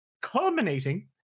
Culminating